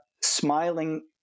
smiling